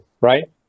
right